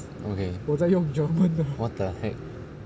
okay what the heck